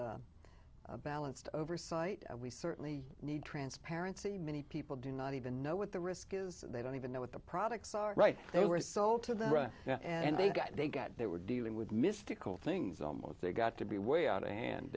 balance balanced oversight we certainly need transparency many people do not even know what the risk is they don't even know what the products are right they were thought to the right and they got they got they were dealing with mystical things almost they got to be way out of hand